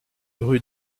rue